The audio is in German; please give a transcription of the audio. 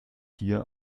hier